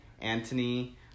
Anthony